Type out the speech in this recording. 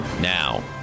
now